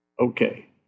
Okay